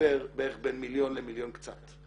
במצטבר בערך בין מיליון למיליון וקצת.